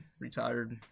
retired